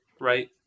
Right